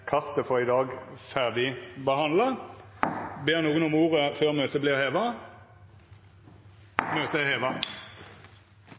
ferdigbehandla. Ber nokon om ordet før møtet vert heva? Møtet er heva.